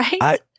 right